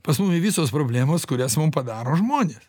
pas mumi visos problemos kurias mum padaro žmonės